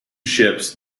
ships